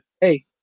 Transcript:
Hey